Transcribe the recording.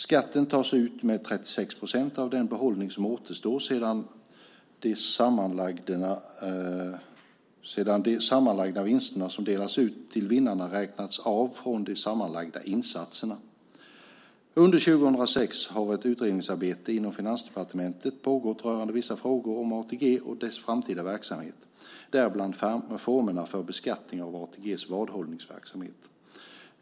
Skatten tas ut med 36 % av den behållning som återstår sedan de sammanlagda vinster som delats ut till vinnarna räknats av från de sammanlagda insatserna. Under 2006 har ett utredningsarbete inom Finansdepartementet pågått rörande vissa frågor om ATG och dess framtida verksamhet, däribland formerna för beskattning av ATG:s vadhållningsverksamhet.